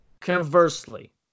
conversely